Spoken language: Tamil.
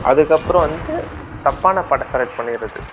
அதுக்கப்புறம் வந்து தப்பான பாட்டை செலக்ட் பண்ணிடறது